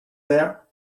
there